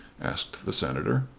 asked the senator.